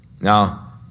Now